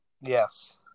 yes